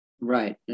Right